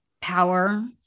power